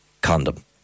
Condom